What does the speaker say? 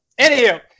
Anywho